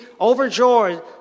overjoyed